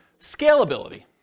Scalability